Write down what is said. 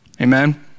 Amen